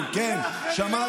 שמעתי את הנתונים, כן, שמעתי.